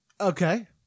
Okay